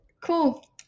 Cool